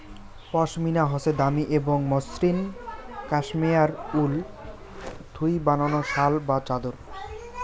পশমিনা হসে দামি এবং মসৃণ কাশ্মেয়ার উল থুই বানানো শাল বা চাদর